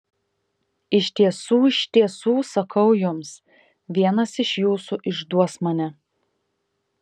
iš tiesų iš tiesų sakau jums vienas iš jūsų išduos mane